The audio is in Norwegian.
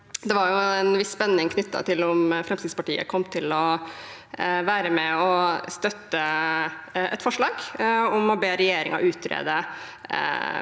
det var en viss spenning knyttet til om Fremskrittspartiet kom til å være med og støtte et forslag om å be regjeringen utrede